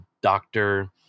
doctor